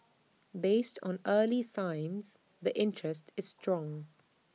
based on early signs the interest is strong